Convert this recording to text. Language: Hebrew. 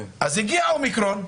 אז הגיע האומיקרון,